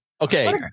okay